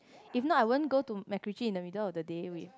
if not I won't go to MacRitchie in the middle of the day with